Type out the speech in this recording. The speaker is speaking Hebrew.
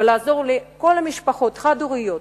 ולעזור לכל המשפחות החד-הוריות,